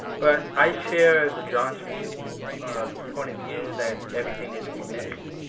but i share the johnsons' point of view that everything is a remix.